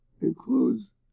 includes